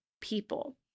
people